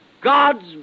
God's